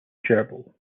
gerbil